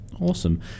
Awesome